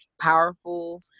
powerful